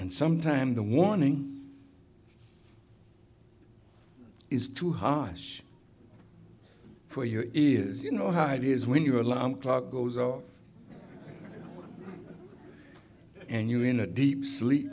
and some time the warning is too harsh for your ears you know how it is when you alarm clock goes out and you're in a deep sleep